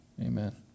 amen